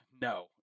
No